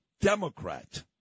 Democrat